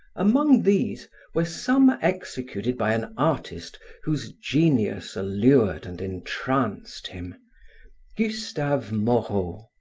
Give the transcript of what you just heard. among these were some executed by an artist whose genius allured and entranced him gustave moreau.